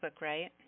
right